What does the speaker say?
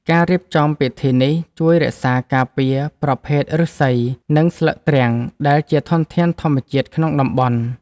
ការរៀបចំពិធីនេះជួយរក្សាការពារប្រភេទឫស្សី និងស្លឹកទ្រាំងដែលជាធនធានធម្មជាតិក្នុងតំបន់។